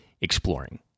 exploring